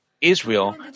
Israel